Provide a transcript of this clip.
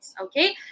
Okay